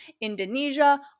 Indonesia